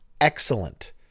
Excellent